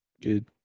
Good